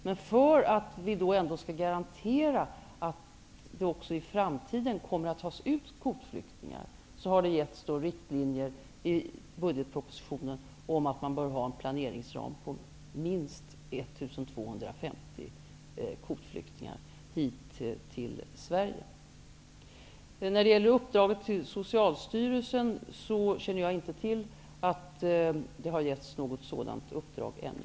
Men för att vi ändå skall garantera att det också i framtiden kommer att tas ut kvotflyktingar, har det givits riktlinjer i budgetpropositionen om att man bör ha en planeringsram på minst 1 250 kvot flyktingar hit till Sverige. När det gäller uppdraget till Socialstyrelsen, känner jag inte till att det har getts något sådant uppdrag ännu.